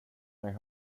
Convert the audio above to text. mig